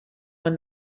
when